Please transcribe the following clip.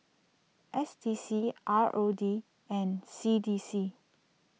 S D C R O D and C D C